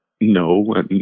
No